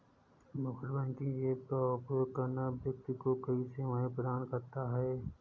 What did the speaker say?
mobile banking app का उपयोग करना व्यक्ति को कई सेवाएं प्रदान करता है